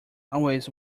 always